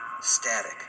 static